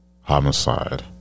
Homicide